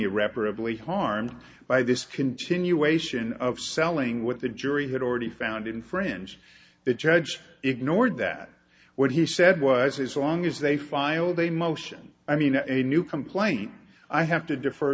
irreparably harmed by this continuation of selling what the jury had already found in friends the judge ignored that what he said was his long as they filed a motion i mean a new complaint i have to defer